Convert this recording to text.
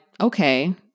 okay